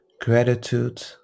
gratitude